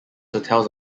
hotels